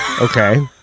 okay